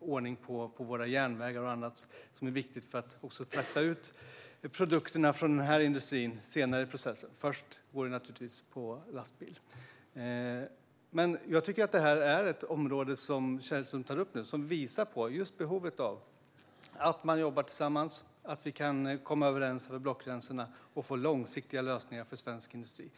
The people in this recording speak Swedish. ordning på våra järnvägar och annat som är viktigt för att frakta ut produkterna från denna industri senare i processen; först går de naturligtvis på lastbilar. Men jag tycker att det område Källström tar upp visar på just behovet av att man jobbar tillsammans och kan komma överens över blockgränserna och få långsiktiga lösningar för svensk industri.